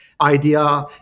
idea